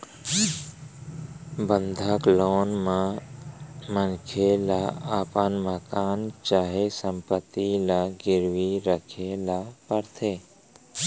बंधक लोन म मनखे ल अपन मकान चाहे संपत्ति ल गिरवी राखे ल परथे